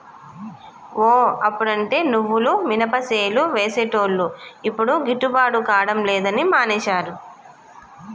ఓ అప్పుడంటే నువ్వులు మినపసేలు వేసేటోళ్లు యిప్పుడు గిట్టుబాటు కాడం లేదని మానేశారు